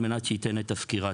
על מנת שייתן את הסקירה.